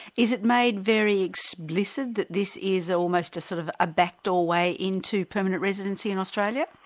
is it made very explicit that this is almost a sort of a backdoor way into permanent residency in australia?